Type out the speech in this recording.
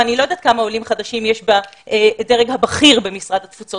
אני לא יודעת כמה עולים חדשים יש בדרג הבכיר במשרד התפוצות